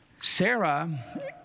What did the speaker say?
Sarah